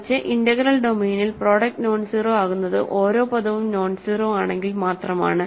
മറിച്ച് ഇന്റഗ്രൽ ഡൊമെയ്നിൽ product nonzero ആകുന്നത് ഓരോ പദവും നോൺസീറൊ ആണെങ്കിൽ മാത്രം ആണ്